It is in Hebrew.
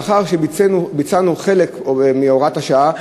לאחר שביצענו חלק מהוראת השעה,